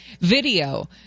Video